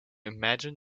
imagine